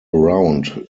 round